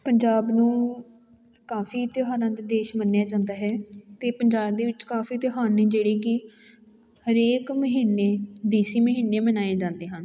ਪੰਜਾਬ ਨੂੰ ਕਾਫੀ ਤਿਉਹਾਰਾਂ ਦਾ ਦੇਸ਼ ਮੰਨਿਆ ਜਾਂਦਾ ਹੈ ਅਤੇ ਪੰਜਾਬ ਦੇ ਵਿੱਚ ਕਾਫੀ ਤਿਉਹਾਰ ਨੇ ਜਿਹੜੇ ਕਿ ਹਰੇਕ ਮਹੀਨੇ ਦੇਸੀ ਮਹੀਨੇ ਮਨਾਏ ਜਾਂਦੇ ਹਨ